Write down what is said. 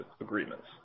agreements